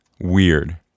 weird